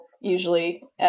usually